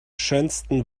schönsten